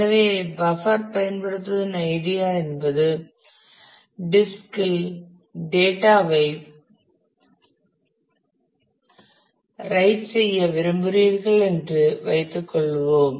எனவே பஃப்பர் பயன்படுத்துவதின் ஐடியா என்பது டிஸ்கில் சில டேட்டா ஐ ரைட் செய்ய விரும்புகிறீர்கள் என்று வைத்துக்கொள்வோம்